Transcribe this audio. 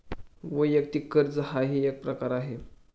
वैयक्तिक कर्ज हाही एक प्रकार आहे